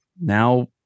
now